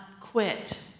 quit